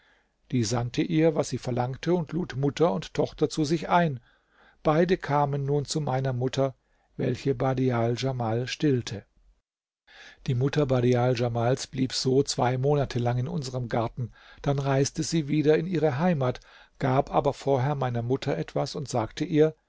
die sandte ihr was sie verlangte und lud mutter und tochter zu sich ein beide kamen nun zu meiner mutter welche badial djamal stillte die mutter badial djamals blieb so zwei monate lang in unserm garten dann reiste sie wieder in ihre heimat gab aber vorher meiner mutter etwas und sagte ihr